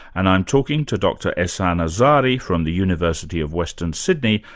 and i'm talking to dr ehsan azari from the university of western sydney,